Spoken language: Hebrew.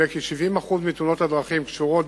עולה כי 70% מתאונות הדרכים קשורות